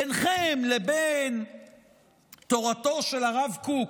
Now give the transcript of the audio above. בינכם לבין תורתו של הרב קוק,